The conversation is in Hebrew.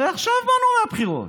הרי עכשיו באנו מהבחירות,